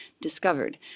discovered